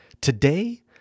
Today